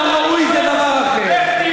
לא ראוי זה דבר אחר.